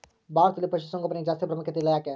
ಭಾರತದಲ್ಲಿ ಪಶುಸಾಂಗೋಪನೆಗೆ ಜಾಸ್ತಿ ಪ್ರಾಮುಖ್ಯತೆ ಇಲ್ಲ ಯಾಕೆ?